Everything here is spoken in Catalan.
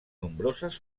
nombroses